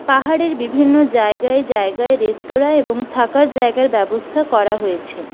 পাহাড়ের বিভিন্ন জায়গায় জায়গায় রেস্তোরাঁ এবং থাকার জায়গার ব্যবস্থা করা হয়েছে